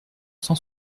cent